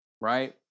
right